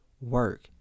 work